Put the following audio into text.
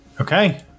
Okay